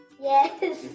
Yes